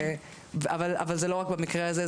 אבל זה לא רק במקרה הזה,